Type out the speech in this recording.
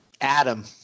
Adam